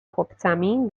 chłopcami